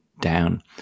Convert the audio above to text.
down